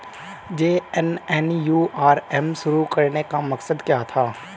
JNNURM शुरू करने का मकसद क्या था?